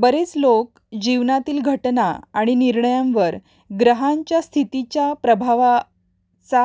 बरेच लोक जीवनातील घटना आणि निर्णयांवर ग्रहांच्या स्थितीच्या प्रभावाचा